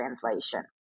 Translation